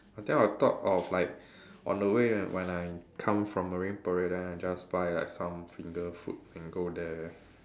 I think I thought of like on the way when when I come from Marine Parade then I just buy like some finger food and go there